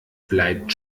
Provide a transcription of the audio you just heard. bleibt